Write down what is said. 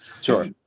Sure